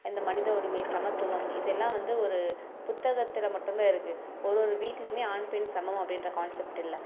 இந்த மனித உரிமை சமத்துவம் இதெல்லாம் வந்து ஒரு புத்தகத்தில் மட்டும் தான் இருக்குது ஒரொரு வீட்லையுமே ஆண் பெண் சமம் அப்படின்ற கான்செப்ட் இல்லை